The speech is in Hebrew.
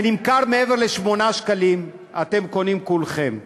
זה נמכר ביותר מ-8 שקלים, אתם קונים, כולכם.